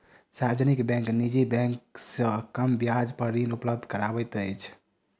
सार्वजनिक बैंक निजी बैंक से कम ब्याज पर ऋण उपलब्ध करबैत अछि